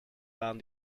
waren